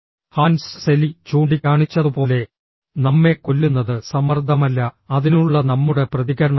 Hans Selye ചൂണ്ടിക്കാണിച്ചതുപോലെ നമ്മെ കൊല്ലുന്നത് സമ്മർദ്ദമല്ല അതിനുള്ള നമ്മുടെ പ്രതികരണമാണ്